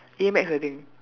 A math I think